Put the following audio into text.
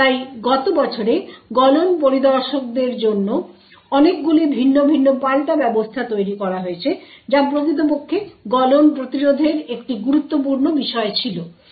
তাই গত বছরে গলন পরিদর্শকদের জন্য অনেকগুলি ভিন্ন ভিন্ন পাল্টা ব্যবস্থা তৈরি করা হয়েছে যা প্রকৃতপক্ষে গলন প্রতিরোধের একটি গুরুত্বপূর্ণ বিষয় ছিল